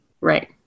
right